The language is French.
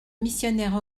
missionnaire